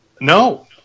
No